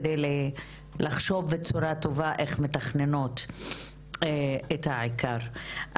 על מנת לחשוב בצורה טובה איך אנחנו מתכננות את העיקר.